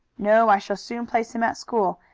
no, i shall soon place him at school,